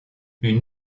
une